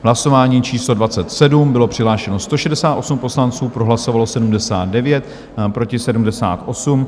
Hlasování číslo 27, bylo přihlášeno 168 poslanců, pro hlasovalo 79, proti 78.